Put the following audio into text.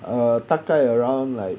err 大概 around like